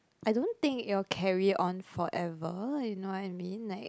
I don't think it will carry on forever you know what I mean like